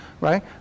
right